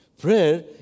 Prayer